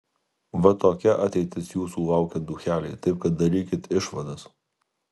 vat tokia ateitis jūsų laukia ducheliai taip kad darykit išvadas